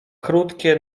krótkie